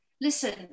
listen